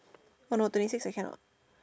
oh no twenty six I cannot